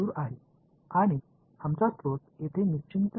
எனவே எல்லை S முடிவிலியில் நாம் பிஸிக்கலி என்ன எதிர்பார்க்கிறோம்